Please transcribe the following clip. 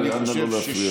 אנא, לא להפריע לו.